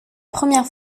première